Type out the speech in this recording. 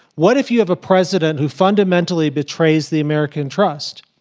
what if you have a president who fundamentally betrays the american trust?